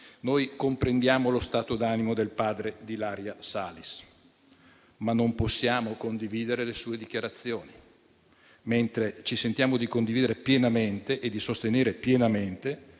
Noi comprendiamo lo stato d'animo del padre di Ilaria Salis, ma non possiamo condividere le sue dichiarazioni, mentre ci sentiamo di condividere e di sostenere pienamente